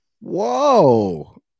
Whoa